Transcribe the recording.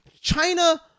China